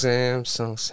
Samsung